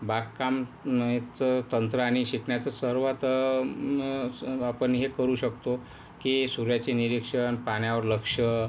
बागकाम न एचं तंत्र आणि शिकण्याचं सुरवात मगच आपण हे करू शकतो की सूर्याचे निरीक्षण पाण्यावर लक्ष